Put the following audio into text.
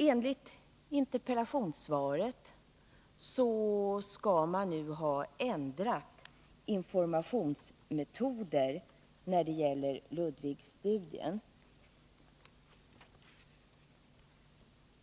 Enligt interpellationssvaret skall man nu ha ändrat informationsmetoderna när det gäller Ludwigstudien.